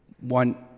one